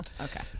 Okay